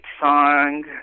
song